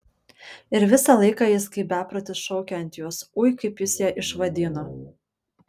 ir visą laiką jis kaip beprotis šaukia ant jos ui kaip jis ją išvadino